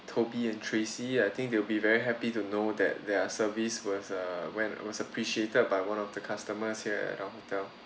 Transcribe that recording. toby and tracy I think they'll be very happy to know that their service was uh when was appreciated by one of the customers here at our hotel